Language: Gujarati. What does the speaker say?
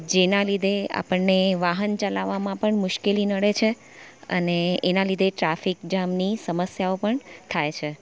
જેના લીધે આપણને વાહન ચલાવવામાં પણ મુશ્કેલી નડે છે અને એના લીધે ટ્રાફિક જામની સમસ્યાઓ પણ થાય છે